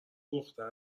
دختر